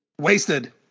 wasted